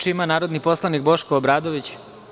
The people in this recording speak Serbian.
Reč ima narodni poslanik Boško Obradović.